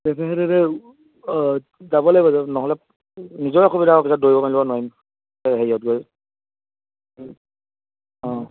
যাব লাগিব নহ'লে নিজৰে অসুবিধা হ'ব পিছত দৌৰিব মেলিব নোৱাৰিম এই হেৰিয়ত গৈ অঁ